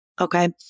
Okay